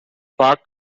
park